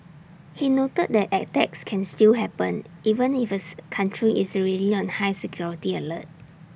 he noted that attacks can still happen even ifs country is already on high security alert